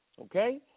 okay